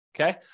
okay